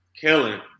killing